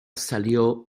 salió